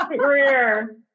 career